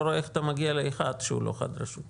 רואה איך אתה מגיע לאחד שהוא לא חד-רשותי.